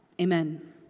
Amen